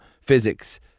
physics